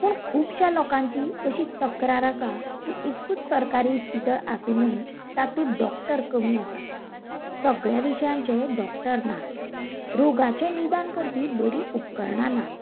पूण खुबश्या लोकांची अशी तक्रार आसा की एकूच सरकारी इस्पितळ आसूनय तातूंत डॉक्टर कमी आसात सगळ्यां विशयांचे डोक्टर नात रोगाचें निदान करपी बरीं उपकरणां नात